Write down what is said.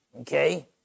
okay